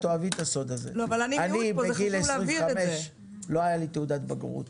לי בגיל 25 לא הייתה תעודת בגרות